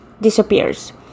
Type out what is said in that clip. disappears